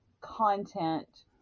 content